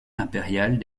impériale